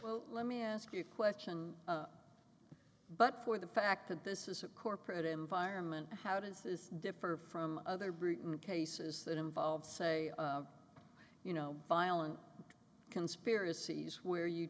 well let me ask you a question but for the fact that this is a corporate environment how does this differ from other briton cases that involve say you know violent conspiracies where you